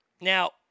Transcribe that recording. Now